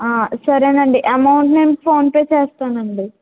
సరేనండి అమౌంట్ నేను ఫోన్ పే చేస్తానండి